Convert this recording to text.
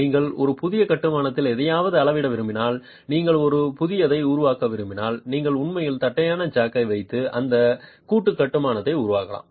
நீங்கள் ஒரு புதிய கட்டுமானத்தில் எதையாவது அளவிட விரும்பினால் நீங்கள் ஒரு புதியதை உருவாக்க விரும்பினால் நீங்கள் உண்மையில் தட்டையான ஜாக்கை வைத்து அந்த கூட்டு கட்டுமானத்தை உருவாக்கலாம்